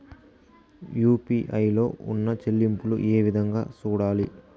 UPI లో ఉన్న చెల్లింపులు ఏ విధంగా సూడాలి